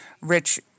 rich